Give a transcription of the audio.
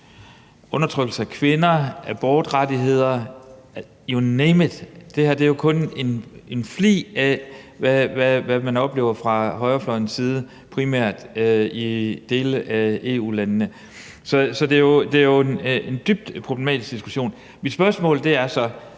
undertrykkelse af kvinder, abortrettigheder – you name it. Det her er jo kun en flig af, hvad man oplever fra højrefløjens side, primært i dele af EU. Så det er jo en dybt problematisk diskussion. Mit spørgsmål er så: